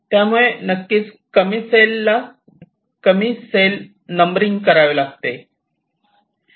त्यामुळे नक्कीच कमी सेल नंबरिंग करावे लागेल